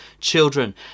children